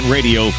Radio